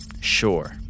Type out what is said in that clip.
sure